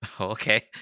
Okay